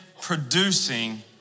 producing